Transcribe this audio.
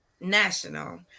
National